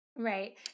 Right